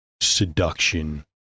seduction